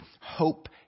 hope